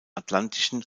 atlantischen